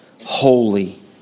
holy